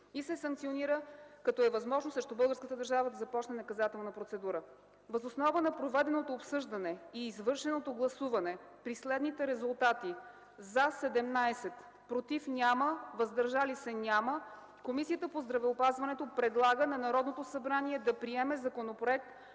и се санкционира, като е възможно срещу българската държава да започне наказателна процедура. Въз основа на проведеното обсъждане и извършеното гласуване при следните резултати: „за” - 17, „против” и „въздържали се”- няма, Комисията по здравеопазването предлага на Народното събрание да приеме Законопроект